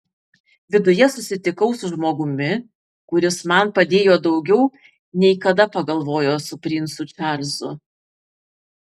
viduje susitikau su žmogumi kuris man padėjo daugiau nei kada pagalvojo su princu čarlzu